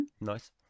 nice